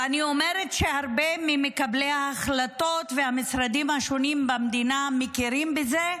ואני אומרת שהרבה ממקבלי ההחלטות והמשרדים השונים במדינה מכירים בזה,